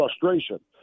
frustration